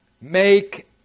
make